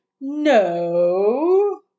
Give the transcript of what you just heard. No